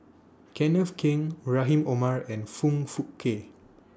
Kenneth Keng Rahim Omar and Foong Fook Kay